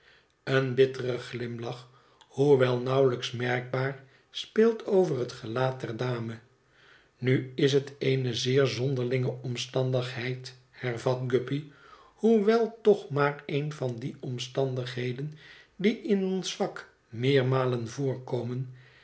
een bittere glimlach hoewel nauwelijks merkbaar speelt over het gelaat der dame nu is het eene zeer zonderlinge omstandigheid hervat guppy hoewel toch maar een van die omstandigheden die in ons vak meermalen voorkomen